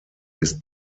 ist